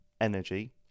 energy